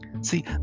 See